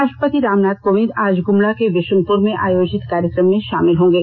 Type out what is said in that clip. राष्ट्रपति रामनाथ कोविंद आज गुमला के विषुनपुर में आयोजित कार्यक्रम में शामिल होंगे